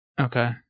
Okay